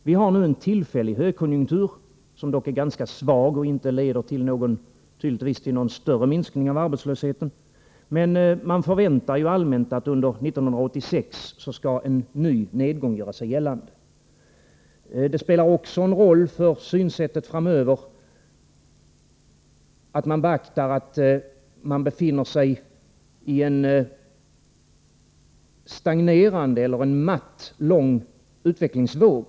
Vi har nu en tillfällig högkonjunktur, som dock är ganska svag och inte leder till någon större minskning av arbetslösheten. Men man förväntar sig ju allmänt att en ny nedgång skall göra sig gällande under 1986. Det spelar också en roll för synsättet framöver, om man beaktar att vi befinner oss i en matt, lång utvecklingsvåg.